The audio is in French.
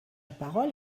parole